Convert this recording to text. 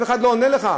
אף אחד לא עונה לך.